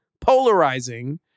polarizing